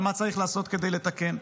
ומה צריך לעשות כדי לתקן.